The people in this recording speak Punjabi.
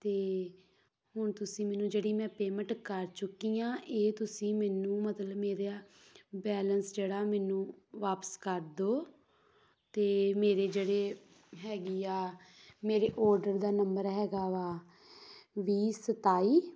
ਅਤੇ ਹੁਣ ਤੁਸੀਂ ਮੈਨੂੰ ਜਿਹੜੀ ਮੈਂ ਪੇਮੈਂਟ ਕਰ ਚੁੱਕੀ ਹਾਂ ਇਹ ਤੁਸੀਂ ਮੈਨੂੰ ਮਤਲਬ ਮੇਰਾ ਬੈਲੇਂਸ ਜਿਹੜਾ ਮੈਨੂੰ ਵਾਪਸ ਕਰ ਦਿਓ ਅਤੇ ਮੇਰੇ ਜਿਹੜੇ ਹੈਗੀ ਆ ਮੇਰੇ ਔਡਰ ਦਾ ਨੰਬਰ ਹੈਗਾ ਵਾ ਵੀਹ ਸਤਾਈ